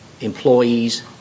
employees